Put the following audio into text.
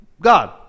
God